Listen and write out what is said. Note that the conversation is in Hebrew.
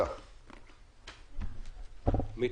שנעיר למשרד המשפטים שאין לו את החוק?